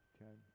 Okay